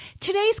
today's